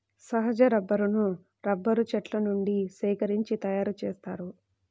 సహజ రబ్బరును రబ్బరు చెట్ల నుండి సేకరించి తయారుచేస్తారు